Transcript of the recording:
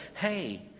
hey